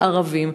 ערבים.